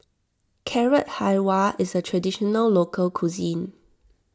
Carrot Halwa is a Traditional Local Cuisine